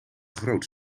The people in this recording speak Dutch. groot